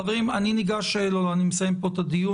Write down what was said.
חברים, אני מסיים פה את הדיון.